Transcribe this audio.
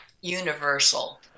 universal